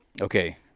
okay